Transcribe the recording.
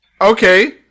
okay